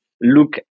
look